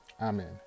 Amen